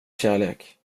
kärlek